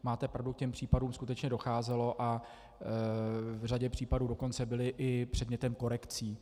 Máte pravdu, k těm případům skutečně docházelo, a v řadě případů dokonce byly i předmětem korekcí.